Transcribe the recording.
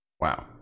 Wow